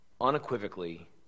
unequivocally